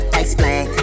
explain